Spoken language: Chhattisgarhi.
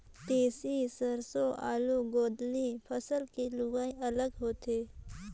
तिसी, सेरसों, आलू, गोदंली फसल के लुवई अलग होथे